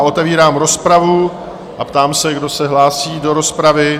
Otevírám rozpravu a ptám se, kdo se hlásí do rozpravy?